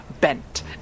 bent